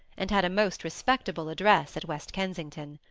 and had a most respectable address at west kensington.